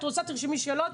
את רוצה, תרשמי שאלות.